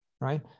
right